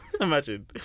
Imagine